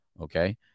Okay